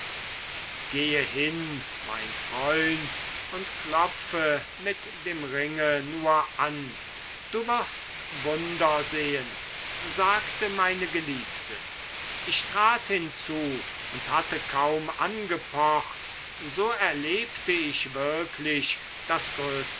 gehe hin mein freund und klopfe mit dem ringe nur an du wirst wunder sehen sagte meine geliebte ich trat hinzu und hatte kaum angepocht so erlebte ich wirklich das